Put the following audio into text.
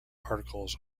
articles